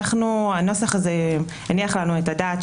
הנוסח הזה הניח לנו את הדעת,